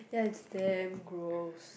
ya is damn close